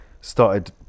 Started